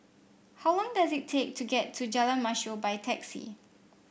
how long does it take to get to Jalan Mashor by taxi